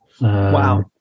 Wow